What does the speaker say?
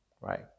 Right